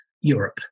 Europe